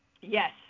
yes